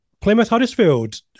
Plymouth-Huddersfield